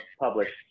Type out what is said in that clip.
published